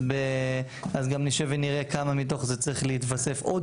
אז גם נשב נראה כמה מתוך זה צריך להתווסף עוד